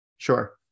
Sure